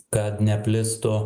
kad neplistų